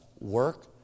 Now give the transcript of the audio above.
work